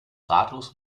ratlos